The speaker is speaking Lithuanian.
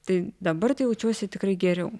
tai dabar tai jaučiuosi tikrai geriau